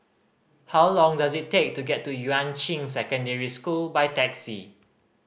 how long does it take to get to Yuan Ching Secondary School by taxi